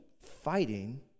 fighting